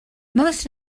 most